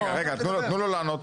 רגע, רגע, תנו לו לענות.